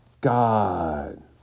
God